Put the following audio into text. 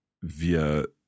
wir